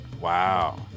Wow